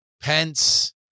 Pence